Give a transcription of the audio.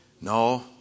No